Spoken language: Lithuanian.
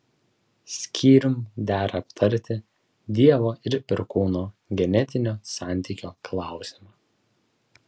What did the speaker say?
skyrium dera aptarti dievo ir perkūno genetinio santykio klausimą